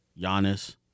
Giannis